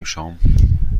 شام